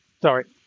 sorry